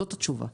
זאת התשובה.